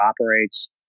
operates